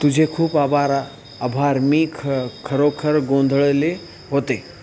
तुझे खूप आभार आभार मी ख खरोखर गोंधळले होते